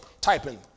typing